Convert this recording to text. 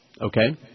Okay